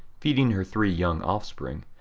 feeding her three young offspring,